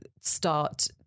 start